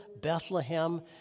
Bethlehem